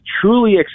truly